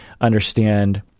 understand